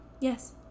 Yes